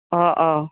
অঁ অঁ